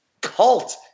cult